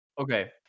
Okay